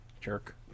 Jerk